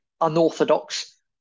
unorthodox